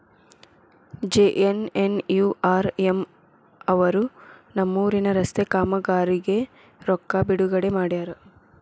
JNNURM ಅವರು ನಮ್ಮೂರಿನ ರಸ್ತೆ ಕಾಮಗಾರಿಗೆ ರೊಕ್ಕಾ ಬಿಡುಗಡೆ ಮಾಡ್ಯಾರ